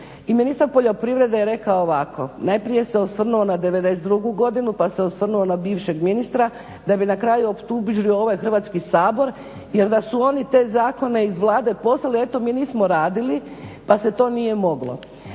i ministar poljoprivrede je rekao ovako, najprije se osvrnuo na '92. godinu pa se osvrnuo na bivšeg ministra da bi na kraju optužio ovaj Hrvatski sabor jer da su oni te zakone iz Vlade poslali, eto mi nismo radili pa se to nije moglo,